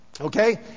Okay